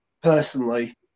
personally